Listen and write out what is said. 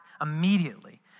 immediately